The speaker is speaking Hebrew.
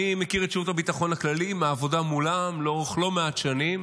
אני מכיר את שירות הביטחון הכללי מעבודה מולם לאורך לא מעט שנים.